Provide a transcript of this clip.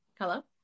Hello